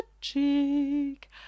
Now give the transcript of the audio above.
cheek